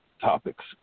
topics